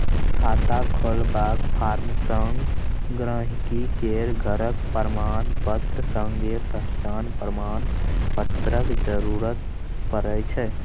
खाता खोलबाक फार्म संग गांहिकी केर घरक प्रमाणपत्र संगे पहचान प्रमाण पत्रक जरुरत परै छै